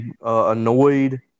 annoyed